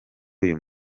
uyu